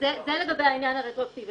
זה לגבי העניין הרטרואקטיבי.